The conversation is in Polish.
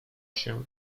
się